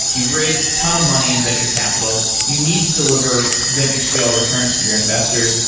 you've raised a ton of money in venture capital. you need to deliver venture skill returns to your investors.